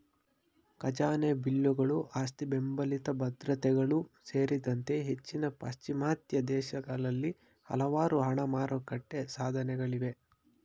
ಖಜಾನೆ ಬಿಲ್ಲುಗಳು ಆಸ್ತಿಬೆಂಬಲಿತ ಭದ್ರತೆಗಳು ಸೇರಿದಂತೆ ಹೆಚ್ಚಿನ ಪಾಶ್ಚಿಮಾತ್ಯ ದೇಶಗಳಲ್ಲಿ ಹಲವಾರು ಹಣ ಮಾರುಕಟ್ಟೆ ಸಾಧನಗಳಿವೆ